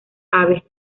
aves